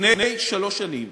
לפני שלוש שנים